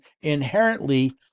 inherently